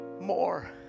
More